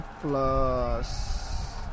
plus